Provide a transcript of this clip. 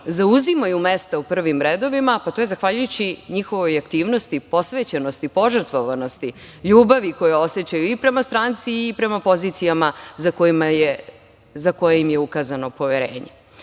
zauzimaju mesta u prvim redovima, pa, to je zahvaljujući njihovoj aktivnosti, posvećenosti, požrtvovanosti, ljubavi koju osećaju i prema stranci i prema pozicijama za koje im je ukazano poverenje. Zato,